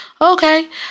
Okay